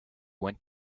went